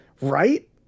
right